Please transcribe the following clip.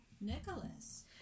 Nicholas